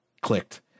clicked